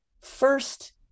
first